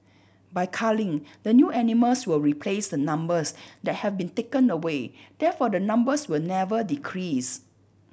by culling the new animals will replace the numbers that have been taken away therefore the numbers will never decrease